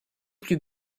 plus